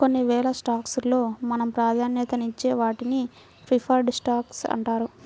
కొన్ని వేల స్టాక్స్ లో మనం ప్రాధాన్యతనిచ్చే వాటిని ప్రిఫర్డ్ స్టాక్స్ అంటారు